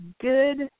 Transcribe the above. good